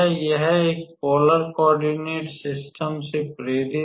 यह एक polar coordinate system से प्रेरित है